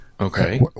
Okay